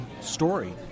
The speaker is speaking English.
story